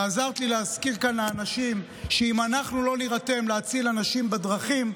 ועזרת לי להזכיר כאן לאנשים שאם אנחנו לא נירתם להציל אנשים בדרכים,